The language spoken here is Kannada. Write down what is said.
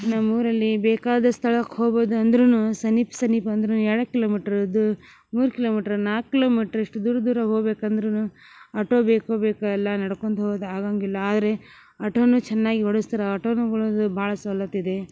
ನಮ್ಮೂರಲ್ಲಿ ಬೇಕಾದ ಸ್ಥಳಕ್ಕೆ ಹೋಬೋದು ಅಂದರೂನು ಸಮೀಪ ಸಮೀಪ ಅಂದರೂನು ಎರಡೇ ಕಿಲೋಮೀಟ್ರ್ ಇರುದು ಮೂರು ಕಿಲೋಮೀಟ್ರ್ ನಾಲ್ಕು ಕಿಲೋಮೀಟ್ರ್ ಇಷ್ಟು ದೂರ ದೂರ ಹೋಗ್ಬೇಕಂದರೂನು ಆಟೋ ಬೇಕು ಬೇಕು ಎಲ್ಲ ನಡ್ಕೊಳ್ತಾ ಹೋಗೋದು ಆಗಂಗಿಲ್ಲ ಆದರೆ ಆಟೋನು ಚೆನ್ನಾಗಿ ಓಡಸ್ತಿರಾ ಆಟೋನುಗಳದು ಭಾಳ ಸೌಲತ್ತಿದೆ